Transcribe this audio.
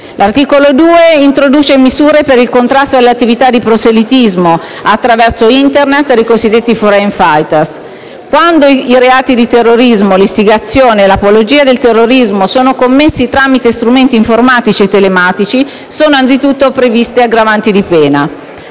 L'articolo 2 introduce misure per il contrasto alle attività di proselitismo attraverso Internet dei cosiddetti *foreign fighters*. Quando i reati di terrorismo, l'istigazione e l'apologia del terrorismo sono commessi tramite strumenti informatici e telematici, sono anzitutto previste aggravanti di pena.